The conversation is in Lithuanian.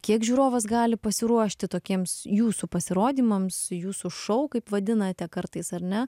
kiek žiūrovas gali pasiruošti tokiems jūsų pasirodymams jūsų šou kaip vadinate kartais ar ne